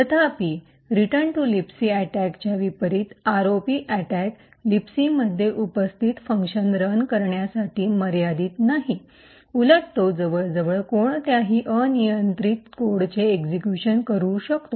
तथापि return to libc अटैकच्या विपरीत आरओपी अटैक लिबसी मध्ये उपस्थित फंक्शन्स रन करण्यासाठी मर्यादित नाही उलट तो जवळजवळ कोणत्याही अनियंत्रित कोडचे एक्सिक्यूशन करू शकतो